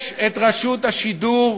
יש רשות השידור,